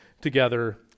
together